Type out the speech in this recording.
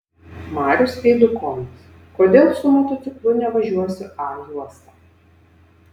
marius eidukonis kodėl su motociklu nevažiuosiu a juosta